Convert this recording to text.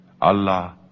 allah